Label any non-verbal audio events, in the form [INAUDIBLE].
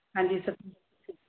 ਹਾਂਜੀ [UNINTELLIGIBLE]